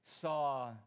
saw